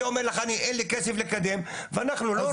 זה אומר לך אין לי כסף לקדם ואנחנו לא רוצים --- אז,